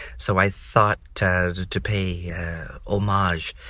so i thought to to pay yeah um homage,